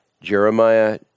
Jeremiah